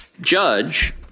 judge